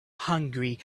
hungry